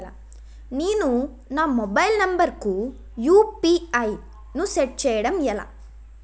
నేను నా mobile number కుయు.పి.ఐ ను సెట్ చేయడం ఎలా?